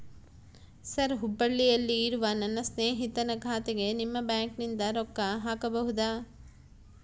Sir ಹುಬ್ಬಳ್ಳಿಯಲ್ಲಿ ಇರುವ ನನ್ನ ಸ್ನೇಹಿತನ ಖಾತೆಗೆ ನಿಮ್ಮ ಬ್ಯಾಂಕಿನಿಂದ ರೊಕ್ಕ ಹಾಕಬಹುದಾ?